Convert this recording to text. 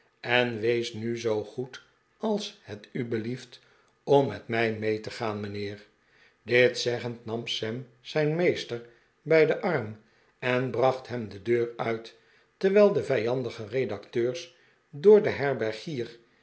en wees nu zoo goed als het u belieft om met mij m'ee te gaan mijnheer dit zeggend nam sam zijn meester bij den arm en bracht hem de deur uit terwijl de vijandige redacteurs door den herbergier